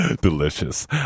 Delicious